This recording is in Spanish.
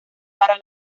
para